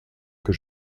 que